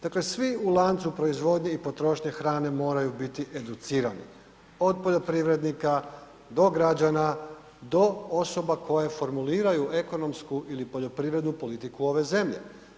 Dakle, svi u lancu proizvodnje i potrošnje hrane moraju biti educirani, od poljoprivrednika do građana, do osoba koje formuliraju ekonomsku ili poljoprivrednu politiku ove zemlje.